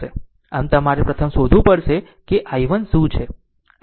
આમ પ્રથમ તમારે શોધવું પડશે કે i1 શું છે